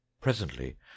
Presently